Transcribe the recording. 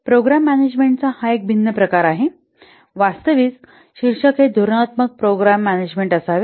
programme मॅनेजमेंटाचा हा एक भिन्न प्रकार आहे वास्तविक शीर्षक हे धोरणात्मक प्रोग्राम मॅनेजमेंट असावे